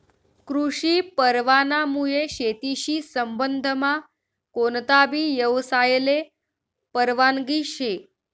कृषी परवानामुये शेतीशी संबंधमा कोणताबी यवसायले परवानगी शे